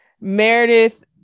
Meredith